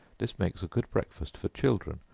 this makes a good breakfast for children,